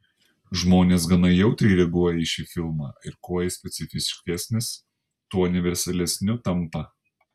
žmonės gana jautriai reaguoja į šį filmą ir kuo jis specifiškesnis tuo universalesniu tampa